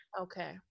okay